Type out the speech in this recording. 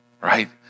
right